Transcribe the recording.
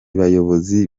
bayobozi